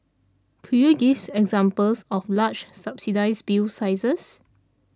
could you give examples of large subsidised bill sizes